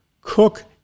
cook